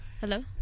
Hello